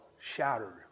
shattered